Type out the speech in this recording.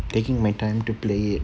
taking my time to play it